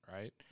right